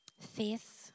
faith